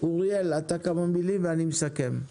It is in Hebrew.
אוריאל אתה כמה מילים ואני מסכם.